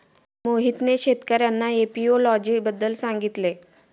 मोहितने शेतकर्यांना एपियोलॉजी बद्दल सांगितले